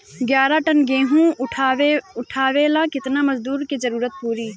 ग्यारह टन गेहूं उठावेला केतना मजदूर के जरुरत पूरी?